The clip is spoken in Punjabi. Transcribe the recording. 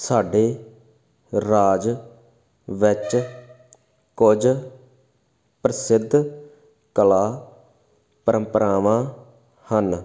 ਸਾਡੇ ਰਾਜ ਵਿੱਚ ਕੁਝ ਪ੍ਰਸਿੱਧ ਕਲਾ ਪਰੰਪਰਾਵਾਂ ਹਨ